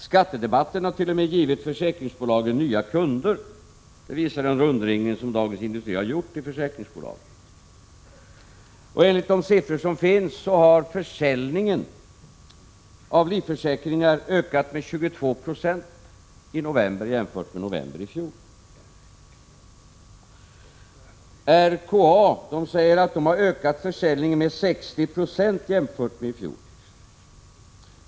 Skattedebatten har till och med givit försäkringsbolagen nya kunder.” — Det sista konstaterandet baserar Dagens Industri på en rundringning som tidningen gjort till försäkringsbolagen. Ytterligare några uppgifter från samma artikel: Enligt de siffror som finns har försäljningen av livförsäkringar ökat med 22 Jo i november jämfört med november i fjol. RKA säger att man ökat försäljningen med 60 26 jämfört med i fjol.